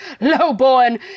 lowborn